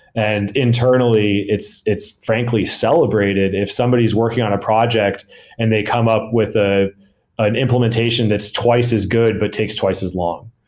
and internally, it's it's frankly celebrated. if somebody's working on a project and they come up with ah an implementation that's twice as good but takes twice as long.